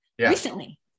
recently